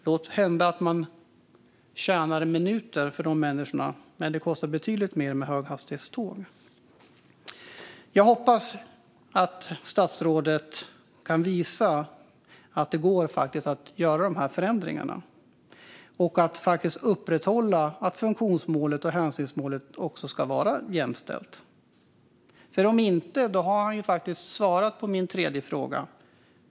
Måhända tjänar man minuter åt människor, men det kostar betydligt mer med höghastighetståg. Jag hoppas att statsrådet kan visa att det faktiskt går att göra dessa förändringar och upprätthålla att funktionsmålet och hänsynsmålet ska vara jämställda. Om inte har han svarat på min tredje fråga.